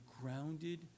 grounded